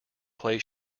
play